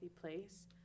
place